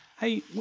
Hey